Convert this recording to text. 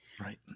Right